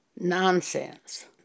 Nonsense